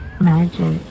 magic